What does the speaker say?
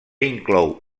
inclou